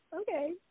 okay